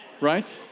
Right